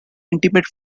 intimate